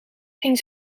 ging